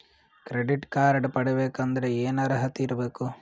Credit card ಪಡಿಬೇಕಂದರ ಏನ ಅರ್ಹತಿ ಇರಬೇಕು?